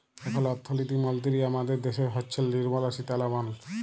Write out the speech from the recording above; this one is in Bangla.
এখল অথ্থলিতি মলতিরি আমাদের দ্যাশের হচ্ছেল লির্মলা সীতারামাল